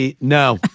No